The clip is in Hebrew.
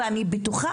ואני בטוחה,